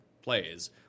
Plays